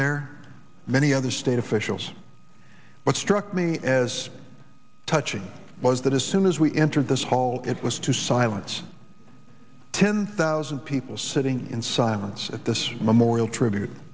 there many other state officials what struck me as touching was that as soon as we entered this hall it was to silence ten thousand people sitting in silence at this memorial tribute